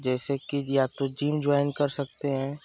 जैसे कि या तो जिम ज्यवाइन कर सकते हें